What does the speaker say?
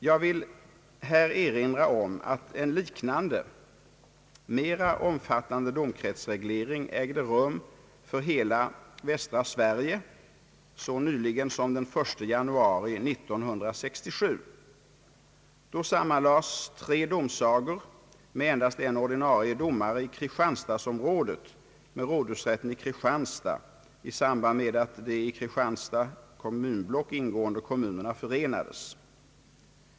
Jag vill bara erinra om att en liknande mera omfattande domkretsindelning ägde rum så nyligen som den 1 januari 1967. Då sammanlades tre domsagor med endast en ordinarie domare i kristianstadsområdet med rådhusrätten i Kristianstad i samband med att de i Kristianstads kommunblock ingående kommunerna förenades.